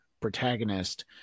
protagonist